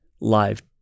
live